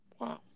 Wow